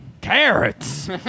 carrots